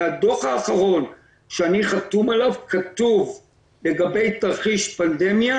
בדוח האחרון שאני חתום עליו כתוב לגבי תרחיש פנדמיה